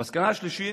המסקנה השלישית: